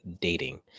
dating